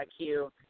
IQ